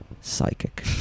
psychic